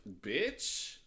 Bitch